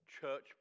church